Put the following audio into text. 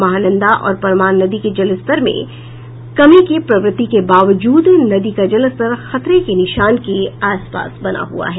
महानंदा और परमान नदी के जलस्तर में कमी की प्रवृति के बावजूद नदी का जलस्तर खतरे के निशान के आसपास बना हुआ है